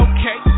Okay